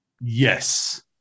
Yes